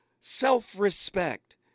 self-respect